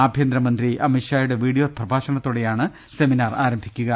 ആഭ്യന്തര മന്ത്രി അമിത്ഷായുടെ വീഡിയോ പ്രഭാഷണത്തോടെയാണ് സെമി നാർ ആരംഭിക്കുക